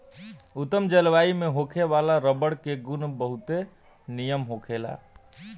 उत्तम जलवायु में होखे वाला रबर के गुण बहुते निमन होखेला